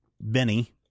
Benny